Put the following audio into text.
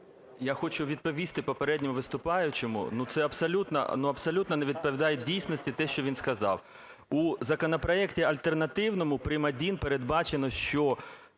Я хочу відповісти попередньому виступаючому. Ну це абсолютно, ну абсолютно, не відповідає дійсності те, що він сказав. У законопроекті альтернативному прим.1 передбачено, що